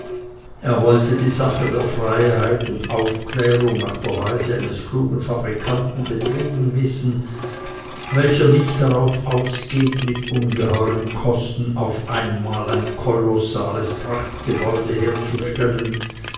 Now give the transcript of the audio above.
er wollte die sache der freiheit und aufklärung nach der weise eines klugen fabrikanten betrieben wissen welcher nicht darauf ausgeht mit ungeheuren kosten auf einmal ein kolossales prachtgebäude herzustellen